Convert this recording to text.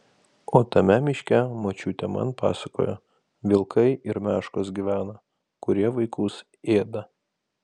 o tame miške močiutė man pasakojo vilkai ir meškos gyvena kurie vaikus ėda